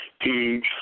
huge